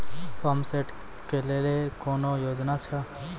Pump set केलेली कोनो योजना छ?